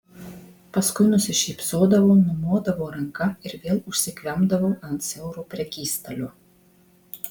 paskui nusišypsodavo numodavo ranka ir vėl užsikvempdavo ant siauro prekystalio